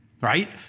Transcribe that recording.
right